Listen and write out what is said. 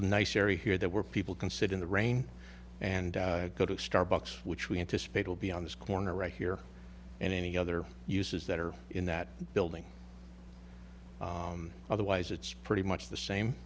area here there were people can sit in the rain and go to a starbucks which we anticipate will be on this corner right here and any other uses that are in that building otherwise it's pretty much the same